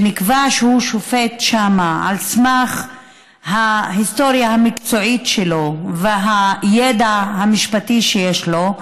ונקבע שהוא שופט שם על סמך ההיסטוריה המקצועית שלו והידע המשפטי שיש לו,